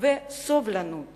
וסובלנות